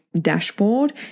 dashboard